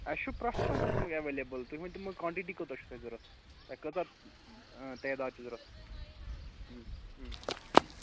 اسہِ چھُ پرٛتھ کانٛہہ قٕسٕم ایٚویلیبٕل تُہۍ ؤنۍتَو مےٚ کانٹِٹی کۭژا چھِو تۅہہِ ضروٗرت تۅہہِ کٲژا تعداد چھِو ضروٗرت